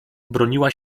broniła